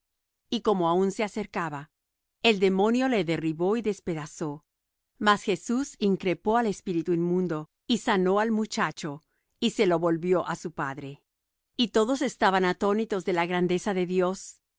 y como aun se acercaba el demonio le derribó y despedazó mas jesús increpó al espíritu inmundo y sanó al muchacho y se lo volvió á su padre y todos estaban atónitos de la grandeza de dios